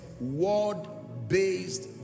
word-based